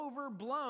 overblown